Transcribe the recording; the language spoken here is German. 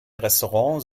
restaurant